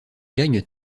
gagnent